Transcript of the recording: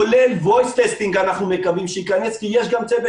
כולל Voice testing שאנחנו מקווים שייכנס כי יש גם צוות